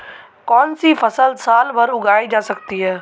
कौनसी फसल साल भर उगाई जा सकती है?